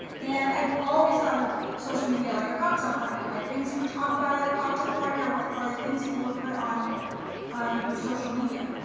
and i've always thought of social media like a cocktail party, like things you would talk about at a cocktail party, or what or the things that you would put on on your social media.